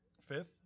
Fifth